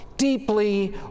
deeply